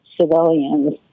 civilians